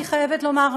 אני חייבת לומר,